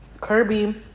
Kirby